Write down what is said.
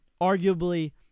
arguably